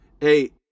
hey